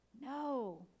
No